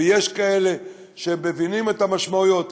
ויש כאלה שמבינים את המשמעויות,